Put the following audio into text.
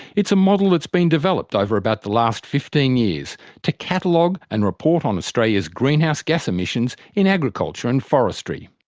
it's a model that's been developed over about the last fifteen years to catalogue and report on australia's greenhouse gas emissions in agriculture and forestry.